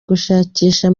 gushakisha